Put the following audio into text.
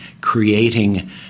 creating